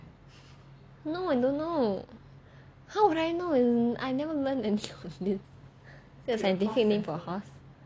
no I don't know how would I know when I never learned any of this is it the scientific name for horse